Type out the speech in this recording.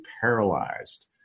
paralyzed